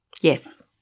Yes